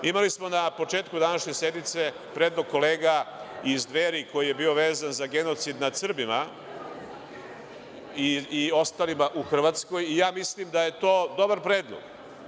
Imali smo na početku današnje sednice predlog kolega iz Dveri koji je bio vezan za genocid nad Srbima i ostalima u Hrvatskoj i ja mislim da je to dobar predlog.